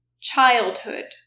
childhood